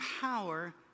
power